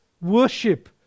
worship